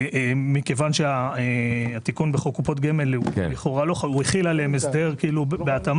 מכיוון שהתיקון בחוק קופות גמל החיל עליהן הסדר בהתאמה,